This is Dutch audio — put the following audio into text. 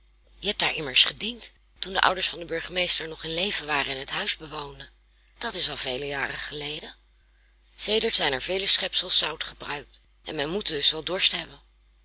je hebt daar immers gediend toen de ouders van den burgemeester nog in leven waren en het huis bewoonden dat is al vele jaren geleden sedert zijn er vele schepels zout gebruikt en men moet dus wel dorst hebben